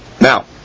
Now